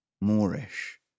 moorish